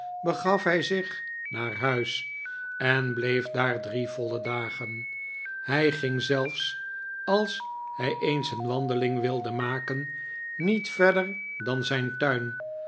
begaf hij zich naar huis en bleef daar drie voile dagen hij ging zelfs als hij eens een wandeling wilde maken niet verder dan zijn tuin